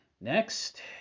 next